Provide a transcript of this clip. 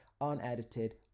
unedited